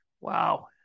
Wow